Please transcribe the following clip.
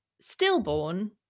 stillborn